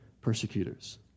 persecutors